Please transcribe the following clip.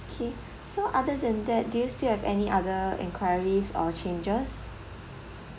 K so other than that do you still have any other enquiries or changes